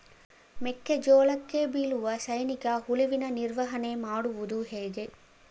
ಮೆಕ್ಕೆ ಜೋಳಕ್ಕೆ ಬೀಳುವ ಸೈನಿಕ ಹುಳುವಿನ ನಿರ್ವಹಣೆ ಮಾಡುವುದು ಹೇಗೆ?